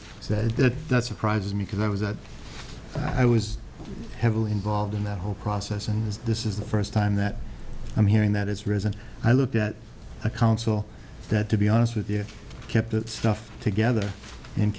that that that surprises me because i was that i was heavily involved in that whole process and this is the first time that i'm hearing that has risen i looked at a council that to be honest with you kept that stuff together and